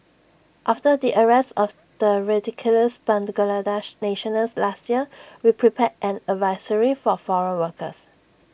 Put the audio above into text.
after the arrest of the radicalised Bangladeshi nationals last year we prepared an advisory for foreign workers